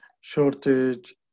shortage